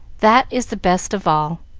that is the best of all,